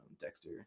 dexter